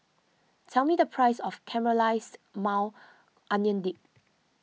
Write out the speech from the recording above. tell me the price of Caramelized Maui Onion Dip